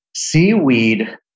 seaweed